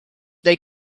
they